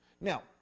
Now